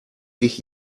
ich